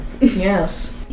Yes